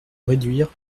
réduire